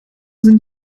sind